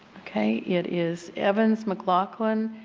okay. it is evans, mclaughlin,